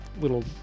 little